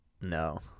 No